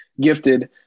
gifted